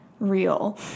Real